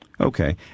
Okay